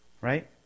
Right